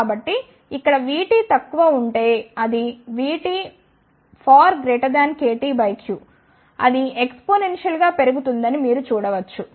కాబట్టి ఇక్కడ VT తక్కువఉంటే అది VT KT q అది ఏక్స్పొనెన్షియల్ గా పెరుగుతుందని మీరు చూడవచ్చు